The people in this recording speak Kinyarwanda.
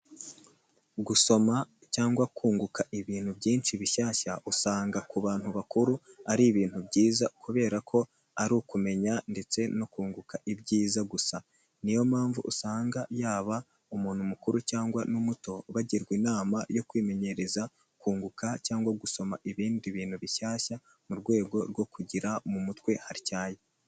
Gusoma cyangwa kunguka ibintu byinshi bishyashya, usanga ku bantu bakuru ari ibintu byiza, kubera ko ari ukumenya ndetse no kunguka ibyiza gusa. Ni yo mpamvu usanga yaba umuntu mukuru cyangwa n'umuto, bagirwa inama yo kwimenyereza kunguka cyangwa gusoma ibindi bintu bishyashya, mu rwego rwo kugira mu mutwe hatyaye.